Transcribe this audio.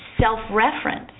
self-reference